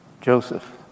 Joseph